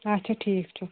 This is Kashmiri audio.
اَچھا ٹھیٖک چھُ